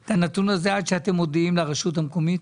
את הנתון הזה עד שאתם מודיעים לרשות המקומית?